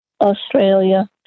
Australia